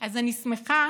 אני שמחה